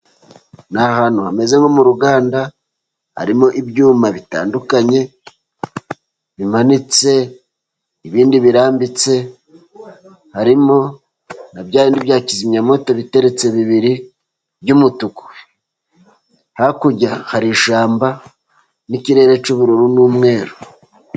Ni ahantu hameze nko mu ruganda, harimo ibyuma bitandukanye bimanitse ibindi birambitse harimo na bya bindi bya kizimyamoto biteretse bibiri by'umutuku. Hakurya hari ishyamba n'ikirere cy'ubururu n'umweru.